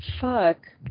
Fuck